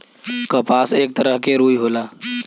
कपास एक तरह के रुई होला